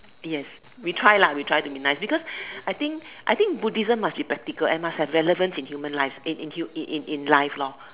yes we try lah we try to be nice because I think I think Buddhism must be practical and must have relevance in human life in in hu~ in in in life lor